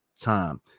time